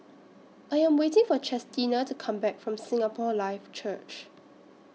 I Am waiting For Chestina to Come Back from Singapore Life Church